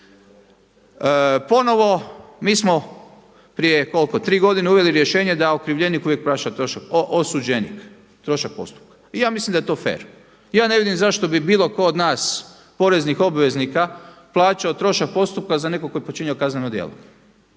Ponovo mi smo prije koliko, tri godine uveli rješenje da osuđenik uvijek plaća trošak postupka i ja mislim da je to fer. Ja ne vidim zašto bi bilo tko od nas poreznih obveznika plaćao trošak postupka za nekoga tko je počinio kazneno djelo.